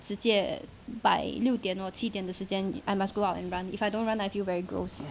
直接 by 六点 or 七点的时间 I must go out and run if I don't run I feel very gross